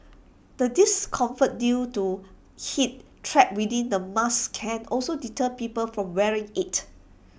the discomfort due to heat trapped within the mask can also deter people from wearing IT